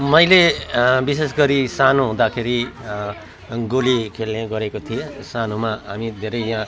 मैले विशेष गरी सानो हुँदाखेरि गोली खेल्ने गरेको थिएँ सानोमा हामी धेरै यहाँ